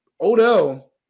Odell